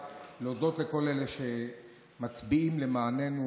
להודות לכל אלה שמצביעים למעננו,